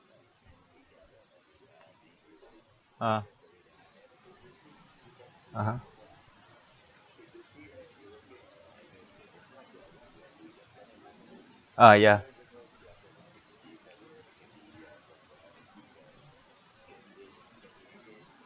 ah (uh huh) ah ya